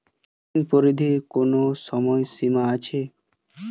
ঋণ পরিশোধের কোনো সময় সীমা আছে?